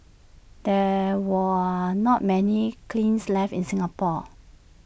there were not many clings left in Singapore